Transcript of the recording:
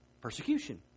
persecution